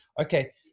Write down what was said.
okay